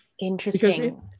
interesting